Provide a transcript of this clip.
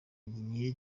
igihe